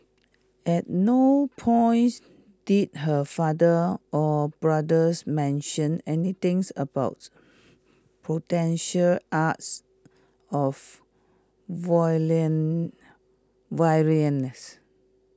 at no point did her father or brothers mention anything about potential acts of violence